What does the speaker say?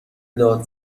داد